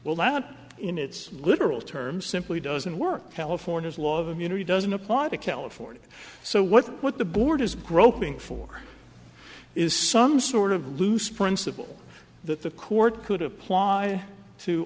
well out in its literal terms simply doesn't work california's law of immunity doesn't apply to california so what what the board is groping for is some sort of loose principle that the court could apply to